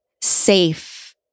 safe